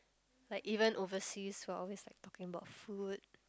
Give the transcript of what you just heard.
like even overseas we're always like talking about food